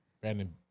Brandon